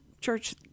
church